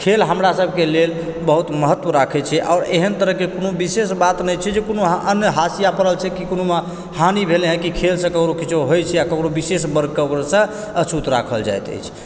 खेल हमरा सबके लेल बहुत महत्त्व राखै छै आओर एहन तरहके कोनो विशेष बात नै छै जे कोनो अन्य हाशिया पड़ल छै कि कोनोमऽ हानि भेलै हें कि खेलसऽ ककरो किछो होइ छै आ ककरो विशेष वर्गकऽ वजहसऽ अछूत राखल जाइत अछि